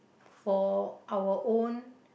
for our own